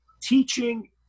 teaching